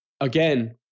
again